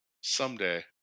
someday